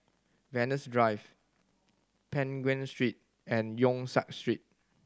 Venus Drive Peng Nguan Street and Yong Siak Street